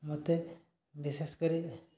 ମୋତେ ବିଶେଷ କରି